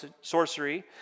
sorcery